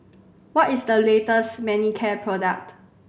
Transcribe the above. what is the latest Manicare product